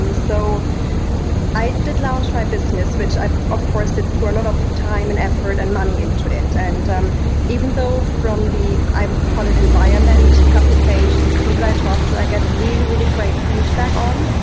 um so i did launch my business, which i of course it put a lot of time and effort and money into it. and um even though from the, i would call it environment publications, people i talk to, i get really, really great feedback on,